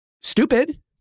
Stupid